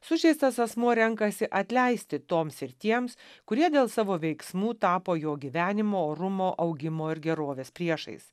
sužeistas asmuo renkasi atleisti toms ir tiems kurie dėl savo veiksmų tapo jo gyvenimo orumo augimo ir gerovės priešais